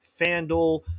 FanDuel